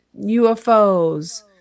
UFOs